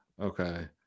okay